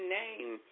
name